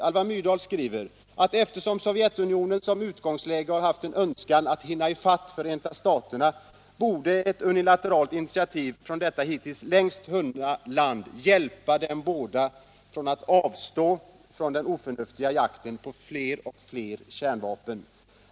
Alva Myrdal skriver att ”eftersom Sovjetunionen som utgångsläge har haft en önskan att hinna ifatt Förenta staterna, borde ett unilateralt initiativ från detta hittills längst hunna land hjälpa dem båda att avstå från den oförnuftiga jakten på fler och fler kärnvapen”.